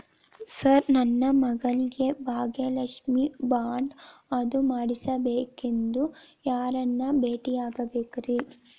Sir ನನ್ನ ಮಗಳಿಗೆ Bhagyalakshmi bond ಅದು ಮಾಡಿಸಬೇಕೆಂದು ಯಾರನ್ನ ಭೇಟಿಯಾಗಬೇಕ್ರಿ?